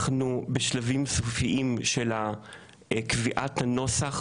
אנחנו בשלבים סופיים של קביעת הנוסח